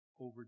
over